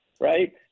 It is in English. right